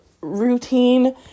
routine